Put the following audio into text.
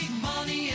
money